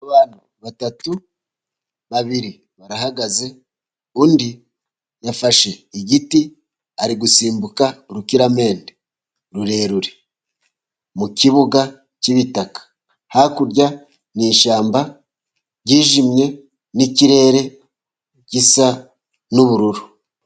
Abantu batatu, babiri barahagaze undi yafashe igiti ari gusimbuka urukiramende rurerure mu kibuga cy'ibitaka, hakurya ni ishyamba ryijimye nikirere gisa n'ubururu.